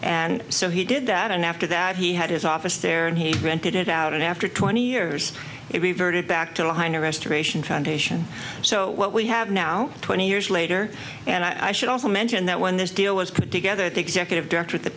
and so he did that and after that he had his office there and he rented it out and after twenty years it reverted back to the heiner restoration foundation so what we have now twenty years later and i should also mention that when this deal was put together the executive director